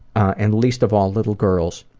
and least of all, little girls.